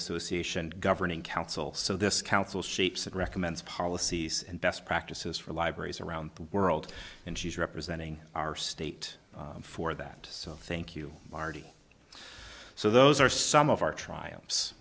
association governing council so this council shapes it recommends policies and best practices for libraries around the world and she's representing our state for that so thank you marty so those are some of our